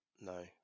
No